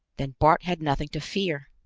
then bart had nothing to fear.